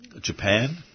Japan